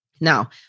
Now